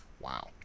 Wow